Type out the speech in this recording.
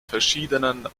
verschiedenen